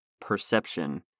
perception